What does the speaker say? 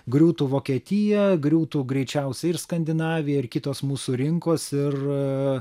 griūtų vokietija griūtų greičiausiai ir skandinavija ir kitos mūsų rinkos ir